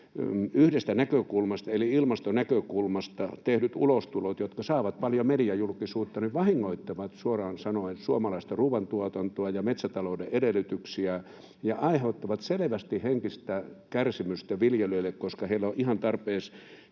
yhdestä näkökulmasta eli ilmastonäkökulmasta tehdyt ulostulot, jotka saavat paljon mediajulkisuutta, vahingoittavat suoraan sanoen suomalaista ruoantuotantoa ja metsätalouden edellytyksiä ja aiheuttavat selvästi henkistä kärsimystä viljelijöille, koska heillä on ihan tarpeeksi